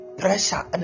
pressure